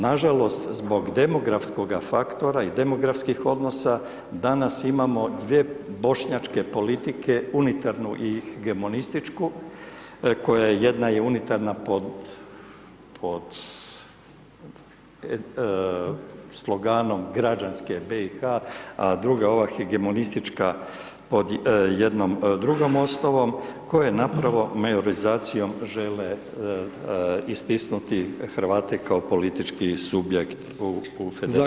Nažalost zbog demografskoga faktora i demografskih odnosa, danas imamo dvije bošnjačke politike unitarnu i hegemonističku, jedna je unitarna pod sloganom građanske BiH-a a druga ova hegemonistička pod jednom drugom osnova koje napravo majorizacijom žele istisnuti Hrvate kao politički subjekt u federaciji.